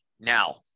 now